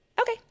Okay